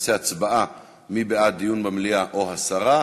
נעשה הצבעה מי בעד דיון במליאה או הסרה,